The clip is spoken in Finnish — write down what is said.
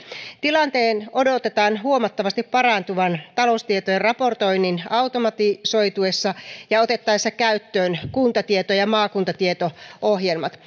tilanteen odotetaan huomattavasti parantuvan taloustietojen raportoinnin automatisoituessa ja otettaessa käyttöön kuntatieto ja maakuntatieto ohjelmat